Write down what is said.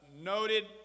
noted